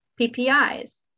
PPIs